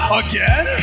again